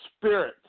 spirit